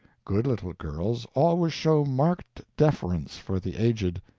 good little girls always show marked deference for the aged.